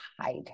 hide